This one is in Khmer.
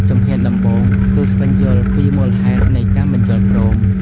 ជំហានដំបូងគឺ ស្វែងយល់ពីមូលហេតុនៃការមិនយល់ព្រម។